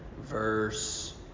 verse